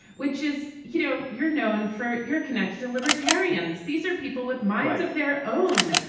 which is, you know, you're known for. you're connected to libertarians. these are people with minds of their own.